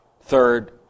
third